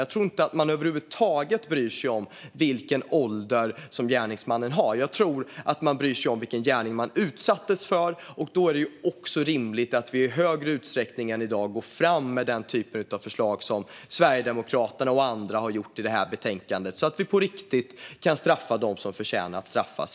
Jag tror inte att man över huvud taget bryr sig om vilken ålder som gärningsmannen har. Jag tror att man bryr sig om vilken gärning man utsattes för, och då är det också rimligt att vi i större utsträckning än i dag går fram med den typen av förslag som Sverigedemokraterna och andra har gjort i det här betänkandet så att vi i större utsträckning på riktigt kan straffa dem som förtjänar att straffas.